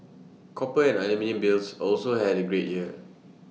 copper and aluminium bills also had A great year